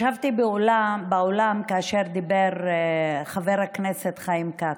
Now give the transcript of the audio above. ישבתי באולם כאשר דיבר חבר הכנסת חיים כץ.